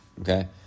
okay